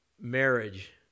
Marriage